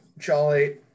charlie